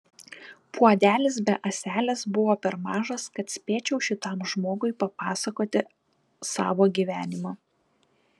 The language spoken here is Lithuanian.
puodelis be ąselės buvo per mažas kad spėčiau šitam žmogui papasakoti savo gyvenimą